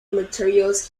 materials